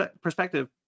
perspective